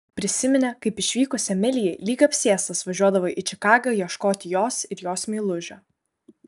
prisiminė kaip išvykus emilijai lyg apsėstas važiuodavo į čikagą ieškoti jos ir jos meilužio